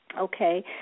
Okay